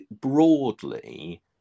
broadly